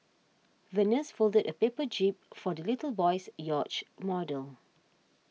the nurse folded a paper jib for the little boy's yacht model